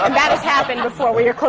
um that has happened before, when your